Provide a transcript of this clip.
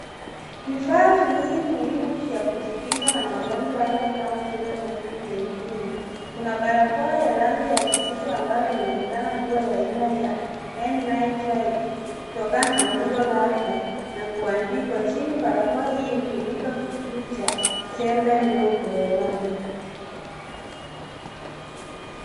Vifaa viwili muhimu vya kujikinga na magonjwa hasa kama vile COVID-19. Kuna barakoa ya rangi ya kijivu ambayo inaonekana kuwa ya aina ya N95 kutokana na umbo lake na kuandikwa chini, barakoa hii hutumika kuchuja chembe ndogo hewani.